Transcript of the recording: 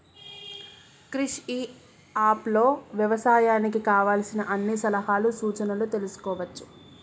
క్రిష్ ఇ app లో వ్యవసాయానికి కావలసిన అన్ని సలహాలు సూచనలు తెల్సుకోవచ్చు